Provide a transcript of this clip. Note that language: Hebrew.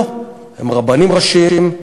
לא, הם רבנים ראשיים.